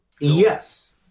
Yes